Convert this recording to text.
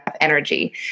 energy